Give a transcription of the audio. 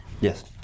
Yes